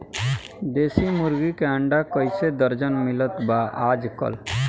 देशी मुर्गी के अंडा कइसे दर्जन मिलत बा आज कल?